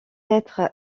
être